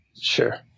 Sure